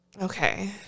Okay